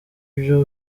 byo